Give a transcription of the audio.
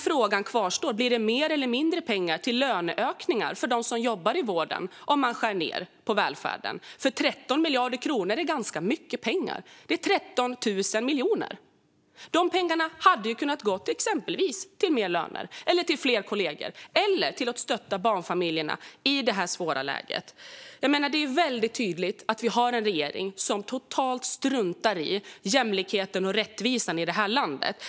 Frågan kvarstår: Blir det mer eller mindre pengar till löneökningar för dem som jobbar i vården om man skär ned på välfärden? 13 miljarder kronor är ganska mycket pengar - det är 13 000 miljoner. Dessa pengar hade ju kunnat gå till exempelvis högre löner eller fler kollegor. De hade också kunnat gå till att stötta barnfamiljerna i detta svåra läge. Det är ju väldigt tydligt att vi har en regering som totalt struntar i jämlikheten och rättvisan i det här landet.